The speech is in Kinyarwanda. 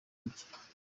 rye